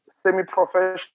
semi-professional